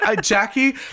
Jackie